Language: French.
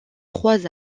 trois